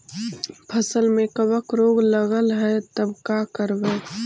फसल में कबक रोग लगल है तब का करबै